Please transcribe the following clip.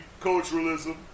culturalism